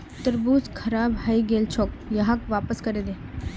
तरबूज खराब हइ गेल छोक, यहाक वापस करे दे